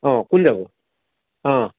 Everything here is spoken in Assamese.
অ কোন যাব অ